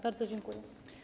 Bardzo dziękuję.